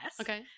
Okay